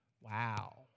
Wow